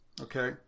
Okay